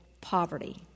poverty